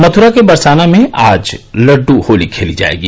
मथुरा के बरसाना में आज लड़डू होली जायेगी